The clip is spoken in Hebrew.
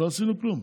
לא עשינו כלום.